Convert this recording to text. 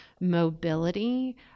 mobility